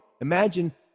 imagine